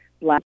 Black